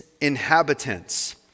inhabitants